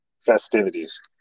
festivities